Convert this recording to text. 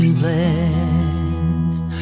blessed